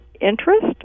interest